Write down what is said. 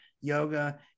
yoga